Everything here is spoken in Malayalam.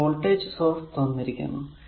പിന്നെ വോൾടേജ് സോഴ്സ് തന്നിരിക്കുന്നു